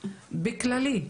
בכללי?